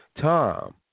Tom